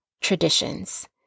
traditions